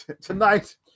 tonight